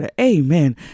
Amen